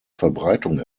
verbreitung